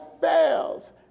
fails